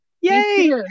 Yay